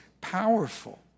powerful